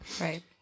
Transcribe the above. Right